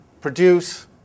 produce